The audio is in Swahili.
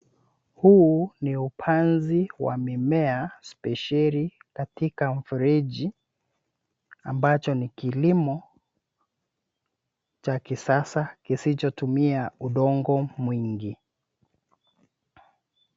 Huu ni upanzi wa mimea spesheli katika mfereji ambacho ni kilimo cha kisasa kisichotumia udongo mwingi.